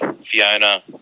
fiona